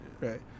Right